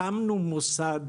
הקמנו מוסד,